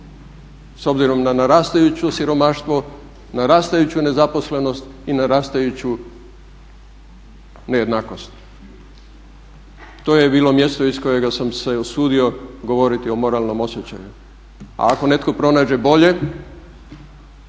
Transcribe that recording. S obzirom na rastuće siromaštvo, na rastuću nezaposlenost i na rastuću nejednakost. To je bilo mjesto iz kojega sam se usudio govoriti o moralnom osjećaju. A ako netko pronađe bolje